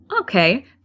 okay